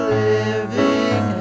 living